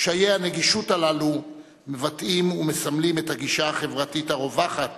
קשיי הנגישות הללו מבטאים ומסמלים את הגישה החברתית הרווחת